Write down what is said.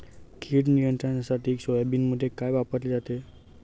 कीड नियंत्रणासाठी सोयाबीनमध्ये काय वापरले जाते?